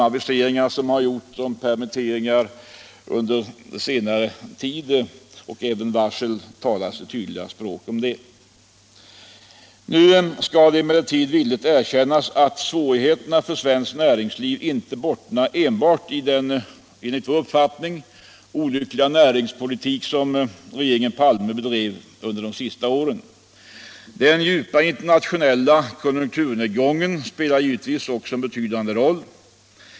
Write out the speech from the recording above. Aviseringar om permitteringar under senare tid och varsel om nedläggning talar sitt tydliga språk. Nu skall det emellertid villigt erkännas att svårigheterna för svenskt näringsliv inte enbart bottnar i den enligt vår mening olyckliga närings debatt debatt politik som fördes under regeringen Palmes sista år. Den djupa internationella konjunkturnedgången spelar givetvis också en betydande roll.